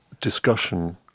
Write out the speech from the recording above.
discussion